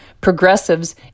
Progressives